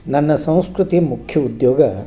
ನನ್ನ ಸಂಸ್ಕೃತಿ ಮುಖ್ಯ ಉದ್ಯೋಗ